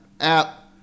App